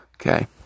Okay